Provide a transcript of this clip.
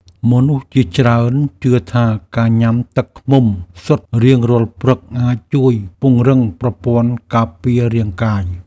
មនុស្សជាច្រើនជឿថា ការញ៉ាំទឹកឃ្មុំសុទ្ធរៀងរាល់ព្រឹកអាចជួយពង្រឹងប្រព័ន្ធការពាររាងកាយ។